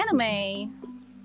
anime